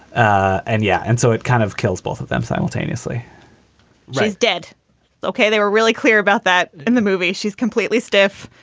and yeah. and so it kind of kills both of them simultaneously raised dead okay. they were really clear about that in the movie. she's completely stiff.